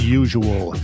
usual